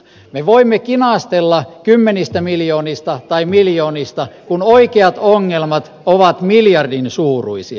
me voimme kinastella kymmenistä miljoonista tai miljoonista kun oikeat ongelmat ovat miljardin suuruisia